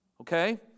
Okay